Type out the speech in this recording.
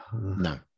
No